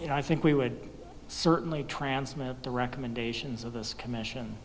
you know i think we would certainly transmit the recommendations of those commission